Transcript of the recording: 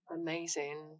amazing